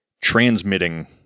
transmitting